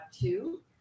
two